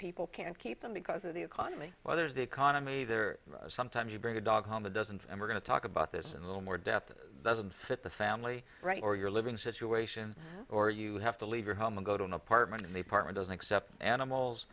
people can't keep them because of the economy whether it's the economy there sometimes you bring a dog home to dozens and we're going to talk about this in a little more depth doesn't fit the family right or your living situation or you have to leave your home and go to an apartment and a partner doesn't accept animals